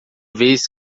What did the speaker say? vez